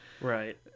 Right